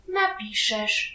napiszesz